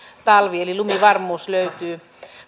talvi eli lumivarmuus löytyy